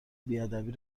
بیادبی